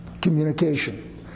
communication